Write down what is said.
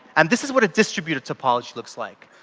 and this is what distributed topology looks like.